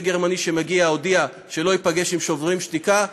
הגרמני שמגיע הודיע שלא ייפגש עם "שוברים שתיקה".